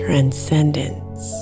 Transcendence